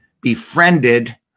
befriended